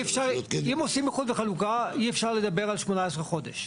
אם עושים איחוד וחלוקה אי אפשר לדבר על 18 חודשים.